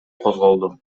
козголду